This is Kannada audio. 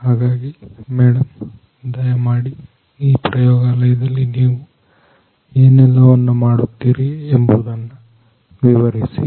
ಹಾಗಾಗಿ ಮೇಡಂ ದಯಮಾಡಿ ಈ ಪ್ರಯೋಗಾಲಯದಲ್ಲಿ ನೀವು ಏನೆಲ್ಲವನ್ನು ಮಾಡುತ್ತೀರಿ ಎಂಬುದನ್ನು ವಿವರಿಸಿ